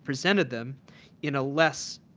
presented them in a less